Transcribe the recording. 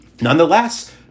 nonetheless